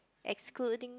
excluding